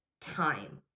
time